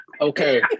Okay